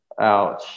Ouch